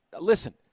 listen